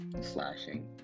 slashing